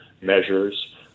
measures